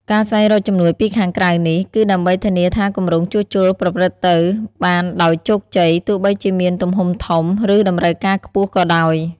ការស្វែងរកជំនួយពីខាងក្រៅនេះ គឺដើម្បីធានាថាគម្រោងជួសជុលប្រព្រឹត្តទៅបានដោយជោគជ័យ ទោះបីជាមានទំហំធំ ឬតម្រូវការខ្ពស់ក៏ដោយ។